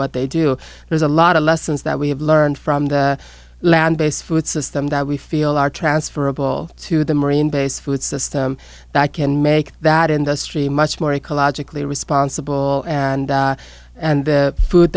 what they do there's a lot of lessons that we have learned from the land based food system that we feel are transferable to the marine base food system that can make that industry much more ecologically responsible and and the food